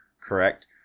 correct